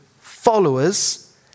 followers